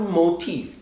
motif